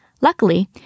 Luckily